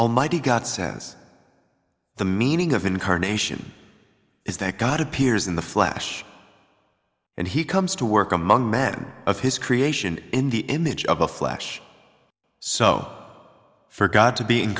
almighty god says the meaning of incarnation is that god appears in the flash and he comes to work among men of his creation in the image of a flash so for god to be